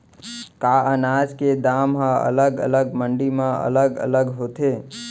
का अनाज के दाम हा अलग अलग मंडी म अलग अलग होथे?